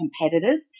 competitors